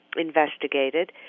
investigated